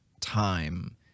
time